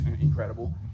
incredible